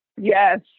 Yes